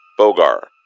Bogar